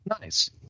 nice